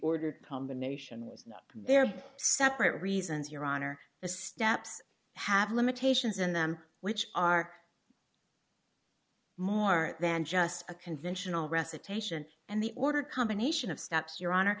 ordered combination with their separate reasons your honor the steps have limitations in them which are more than just a conventional recitation and the order combination of steps your honor